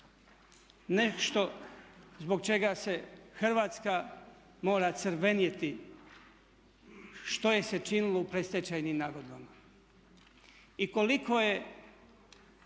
nešto zbog čega se Hrvatska mora crveniti, što je se činilo u predstečajnim nagodbama i koliko je